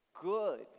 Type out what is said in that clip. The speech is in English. good